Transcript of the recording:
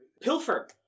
Pilfer